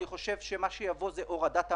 אני חושב שמה שיבוא הוא הורדת עמלות,